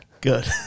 Good